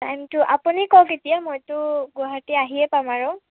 টাইমটো আপুনি কওক এতিয়া মইটো গুৱাহাটী আহিয়ে পাম আৰু